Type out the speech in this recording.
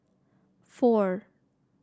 four